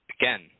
again